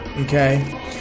okay